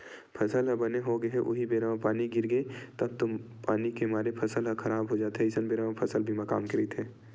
फसल ह बने होगे हे उहीं बेरा म पानी गिरगे तब तो पानी के मारे फसल ह खराब हो जाथे अइसन बेरा म फसल बीमा काम के रहिथे